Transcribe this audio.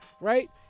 right